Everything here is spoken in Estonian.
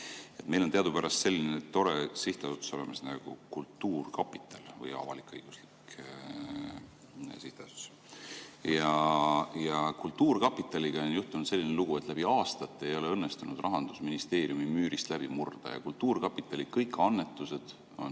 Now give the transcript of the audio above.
Meil on teadupärast olemas selline tore sihtasutus nagu kultuurkapital, avalik-õiguslik sihtasutus. Ja kultuurkapitaliga on juhtunud selline lugu, et läbi aastate ei ole õnnestunud Rahandusministeeriumi müürist läbi murda. Kultuurkapitali kõik annetused on